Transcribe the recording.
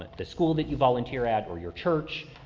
the school that you volunteer at or your church,